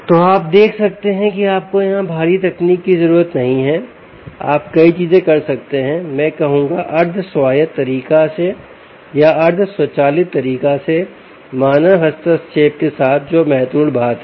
तो आप देख सकते हैं कि आपको यहां भारी तकनीक की जरूरत नहीं है आप कई चीजें कर सकते हैं मैं कहूंगा अर्ध स्वायत्त तरीका से या अर्ध स्वचालित तरीका से मानव हस्तक्षेप के साथ जो महत्वपूर्ण बात है